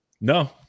No